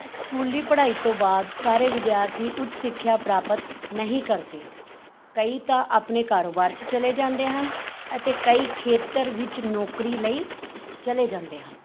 ਸਕੂਲੀ ਪੜ੍ਹਾਈ ਤੋਂ ਬਾਅਦ ਸਾਰੇ ਵਿਦਿਆਰਥੀ ਉੱਚ ਸਿੱਖਿਆ ਪ੍ਰਾਪਤ ਨਹੀਂ ਕਰਦੇ ਕਈ ਤਾਂ ਆਪਣੇ ਕਾਰੋਬਾਰ 'ਚ ਚਲੇ ਜਾਂਦੇ ਹਨ ਅਤੇ ਕਈ ਖੇਤਰ ਵਿੱਚ ਨੌਕਰੀ ਲਈ ਚਲੇ ਜਾਂਦੇ ਹਨ